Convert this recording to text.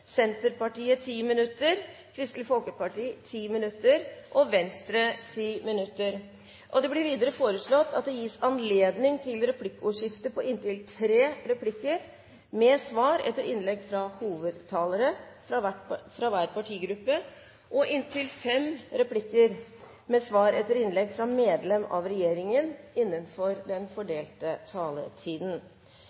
Senterpartiet 10 minutter, Kristelig Folkeparti 10 minutter og Venstre 10 minutter. Videre vil presidenten foreslå at det gis anledning til replikkordskifte på inntil tre replikker med svar etter innlegg fra hovedtalere fra hver partigruppe og inntil fem replikker med svar etter innlegg fra medlem av regjeringen innenfor den